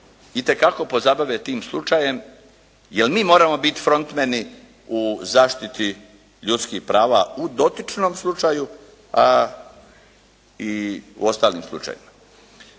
itekako pozabave tim slučajem, jel' mi moramo biti frontmeni u zaštiti ljudskih prava u dotičnom slučaju i u ostalim slučajevima.